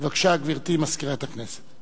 בבקשה, גברתי מזכירת הכנסת.